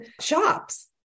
shops